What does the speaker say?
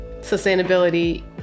sustainability